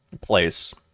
place